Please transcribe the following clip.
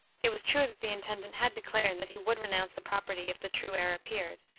it was true that the intendant had declared that he would renounce the property if the true heir appeared,